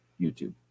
YouTube